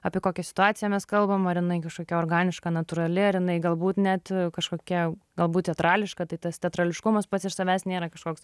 apie kokią situaciją mes kalbam ar jinai kažkokia organiška natūrali ar jinai galbūt net kažkokia galbūt teatrališka tai tas teatrališkumas pats iš savęs nėra kažkoks